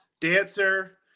dancer